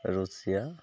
Russia